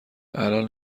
الان